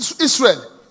Israel